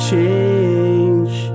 change